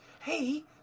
Hey